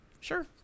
sure